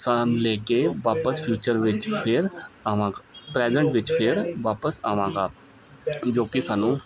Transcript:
ਲੈ ਕੇ ਵਾਪਸ ਫਿਊਚਰ ਵਿੱਚ ਫਿਰ ਆਵਾਂਗਾ ਪ੍ਰੈਜੈਂਟ ਵਿੱਚ ਫਿਰ ਵਾਪਸ ਆਵਾਂਗਾ ਜੋ ਕਿ ਸਾਨੂੰ